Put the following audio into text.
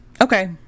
Okay